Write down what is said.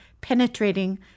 penetrating